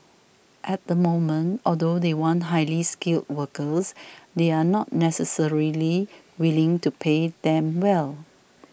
at the moment although they want highly skilled workers they are not necessarily willing to pay them well